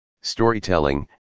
storytelling